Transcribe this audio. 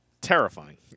Terrifying